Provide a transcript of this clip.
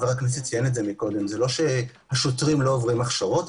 זה לא שהשוטרים לא עוברים הכשרות,